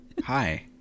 hi